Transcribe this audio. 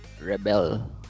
Rebel